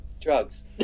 drugs